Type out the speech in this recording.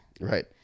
Right